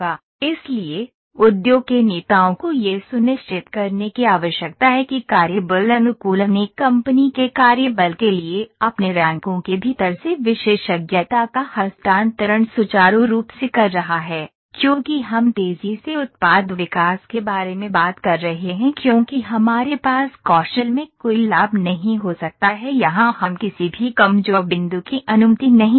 इसलिए उद्योग के नेताओं को यह सुनिश्चित करने की आवश्यकता है कि कार्यबल अनुकूलन एक कंपनी के कार्य बल के लिए अपने रैंकों के भीतर से विशेषज्ञता का हस्तांतरण सुचारू रूप से कर रहा है क्योंकि हम तेजी से उत्पाद विकास के बारे में बात कर रहे हैं क्योंकि हमारे पास कौशल में कोई लाभ नहीं हो सकता है यहाँ हम किसी भी कमजोर बिंदु की अनुमति नहीं दे सकते